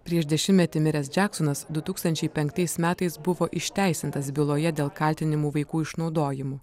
prieš dešimtmetį miręs džeksonas du tūkstančiai penktais metais buvo išteisintas byloje dėl kaltinimų vaikų išnaudojimu